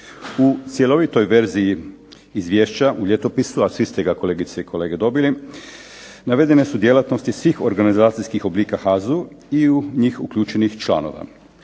U cjelovitoj verziji izvješća u ljetopisu, a svi ste ga kolegice i kolege dobili, navedene su djelatnosti svih organizacijskih oblika HAZU, i u njih uključenih članova.